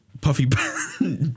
Puffy